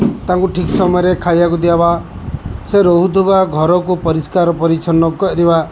ତାଙ୍କୁ ଠିକ୍ ସମୟରେ ଖାଇବାକୁ ଦେବା ସେ ରହୁଥିବା ଘରକୁ ପରିଷ୍କାର ପରିଚ୍ଛନ୍ନ କରିବା